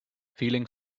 feeling